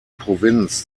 provinz